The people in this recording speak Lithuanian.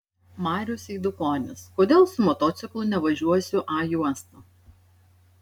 marius eidukonis kodėl su motociklu nevažiuosiu a juosta